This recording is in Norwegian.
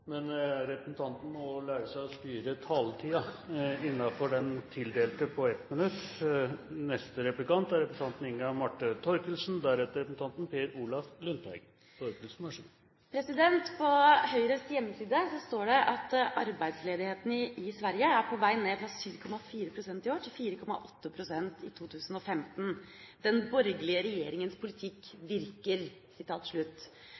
Men representanten må også lære seg å styre taletiden innenfor den tildelte tid på 1 minutt. På Høyres hjemmeside står det at arbeidsledigheten i Sverige er på vei ned, fra 7,4 pst. i år til 4,8 pst. i 2015. – «Den borgerlige regjeringens politikk